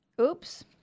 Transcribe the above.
Oops